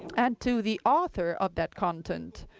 and to the author of that content.